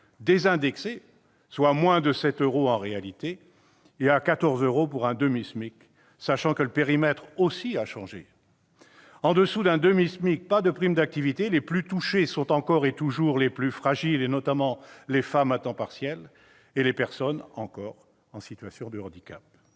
désindexés, soit moins de 7 euros en réalité -pour un SMIC, et à 14 euros pour un demi-SMIC, sachant que le périmètre aussi a changé. En dessous d'un demi-SMIC, pas de prime d'activité ! Les plus touchés sont, encore et toujours, les plus fragiles, notamment les femmes travaillant à temps partiel et, encore, les personnes en situation de handicap